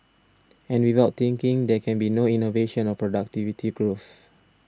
and without thinking there can be no innovation or productivity growth